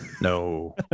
no